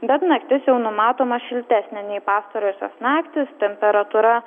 bet naktis jau numatoma šiltesnė nei pastarosios naktys temperatūra